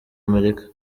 amerika